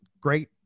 great